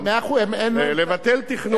לבטל תכנון עתידי,